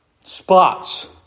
spots